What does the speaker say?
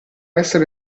essere